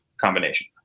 combination